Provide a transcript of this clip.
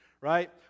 right